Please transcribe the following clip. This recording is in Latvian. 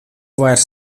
vairs